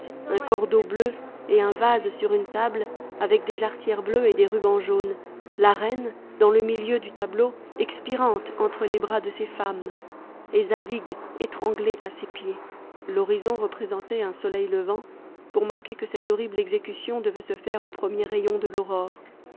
un cordeau bleu et un vase sur une table avec des jarretières bleues et des rubans jaunes la reine dans le milieu du tableau expirante entre les bras de ses femmes et zadig étranglé à ses pieds l'horizon représentait un soleil levant pour marquer que cette horrible exécution devait se faire aux premiers rayons de l'aurore